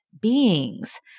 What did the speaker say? beings